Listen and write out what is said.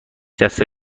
دسته